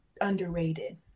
underrated